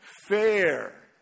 fair